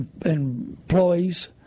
employees